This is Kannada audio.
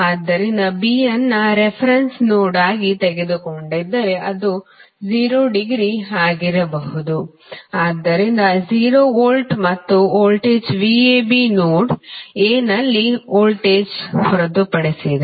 ಆದ್ದರಿಂದ B ಅನ್ನು ರೆಫರೆನ್ಸ್ ನೋಡ್ ಆಗಿ ತೆಗೆದುಕೊಂಡರೆ ಅದು 0 ಡಿಗ್ರಿ ಆಗಿರಬಹುದು ಆದ್ದರಿಂದ 0 ವೋಲ್ಟ್ ಮತ್ತು ವೋಲ್ಟೇಜ್ VAB ನೋಡ್ A ನಲ್ಲಿ ವೋಲ್ಟೇಜ್ ಹೊರತುಪಡಿಸಿದೆ